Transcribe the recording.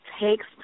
takes